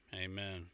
Amen